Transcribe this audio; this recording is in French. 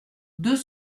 deux